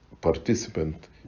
participant